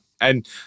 and-